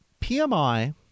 PMI